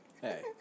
Hey